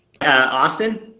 Austin